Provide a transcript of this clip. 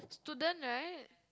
student right